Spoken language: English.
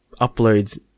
uploads